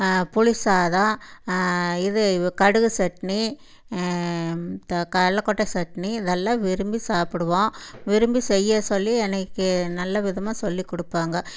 புளி சாதம் இது கடுகு சட்னி த கல்லைகொட்ட சட்னி இதெல்லான் விரும்பி சாப்பிடுவோம் விரும்பி செய்ய சொல்லி என்னைய கே நல்ல விதமாக சொல்லி கொடுப்பாங்க